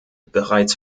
bereits